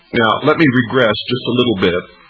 now, let me regress just a little bit.